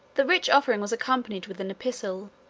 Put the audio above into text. the rich offering was accompanied with an epistle,